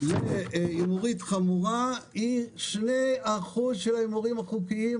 להתנהגות הימורית חמורה היא 2% של ההימורים החוקיים,